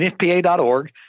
NFPA.org